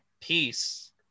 peace